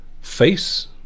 face